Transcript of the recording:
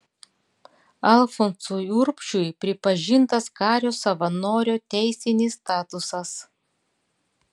alfonsui urbšiui pripažintas kario savanorio teisinis statusas